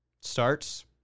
starts